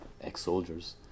ex-soldiers